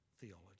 theology